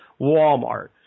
Walmart